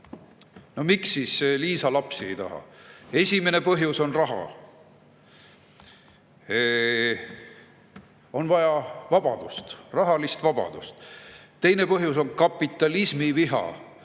Miks siis Liisa lapsi ei taha: "Esimene põhjus on raha." On vaja rahalist vabadust. "Teine põhjus on kapitalismiviha.